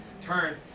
Turn